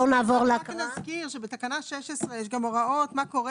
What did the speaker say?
רק נזכיר שבתקנה 16 יש גם הוראות מה קורה